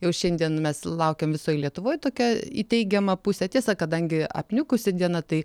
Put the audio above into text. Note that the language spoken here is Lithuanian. jau šiandien mes laukiam visoj lietuvoj tokią į teigiamą pusę tiesa kadangi apniukusi diena tai